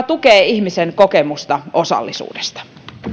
tukee ihmisen kokemusta osallisuudesta